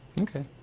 okay